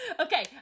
okay